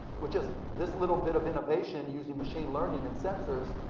with just this little bit of innovation using machine learning and sensors,